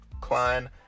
Klein